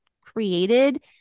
created